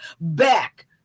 back